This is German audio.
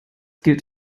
gilt